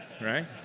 Right